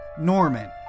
Norman